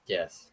Yes